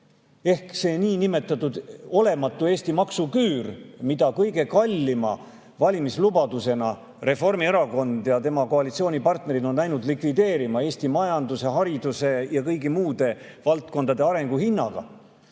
sellele niinimetatud, olematule Eesti maksuküürule, mida kõige kallima valimislubadusena Reformierakond ja tema koalitsioonipartnerid on läinud likvideerima Eesti majanduse, hariduse ja kõigi muude valdkondade arengu hinnaga.